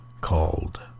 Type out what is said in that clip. called